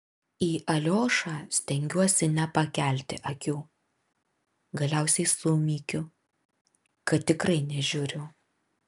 į aliošą stengiuosi nepakelti akių galiausiai sumykiu kad tikrai nežiūriu